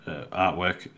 artwork